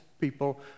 people